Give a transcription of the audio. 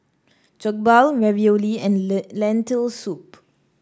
Jokbal Ravioli and Lentil Soup